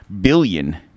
billion